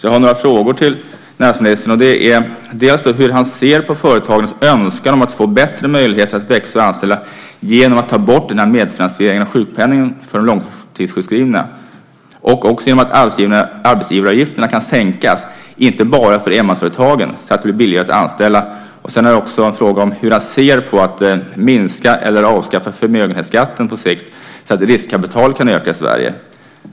Jag har några frågor till näringsministern. Hur ser han på företagarnas önskan om att få bättre möjligheter att växa och anställa genom att man tar bort medfinansieringen av sjukpenningen för de långtidssjukskrivna? Hur ser han på möjligheten att sänka arbetsgivaravgifterna inte bara för enmansföretagen så att det blir billigare att anställa? Jag har också en fråga om hur han ser på möjligheten att minska eller avskaffa förmögenhetsskatten på sikt så att riskkapitalet kan öka i Sverige.